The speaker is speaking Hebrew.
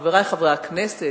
חברי חברי הכנסת,